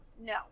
No